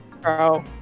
bro